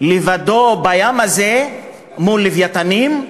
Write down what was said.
לבדו בים הזה מול לווייתנים,